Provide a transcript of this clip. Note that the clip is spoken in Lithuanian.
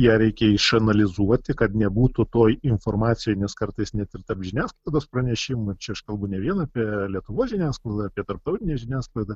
ją reikia išanalizuoti kad nebūtų toj informacijoj nes kartais net ir tarp žiniasklaidos pranešimų čia aš kalbu ne vien apie lietuvos žiniasklaidą apie tarptautinę žiniasklaidą